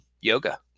yoga